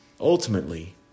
ultimately